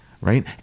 Right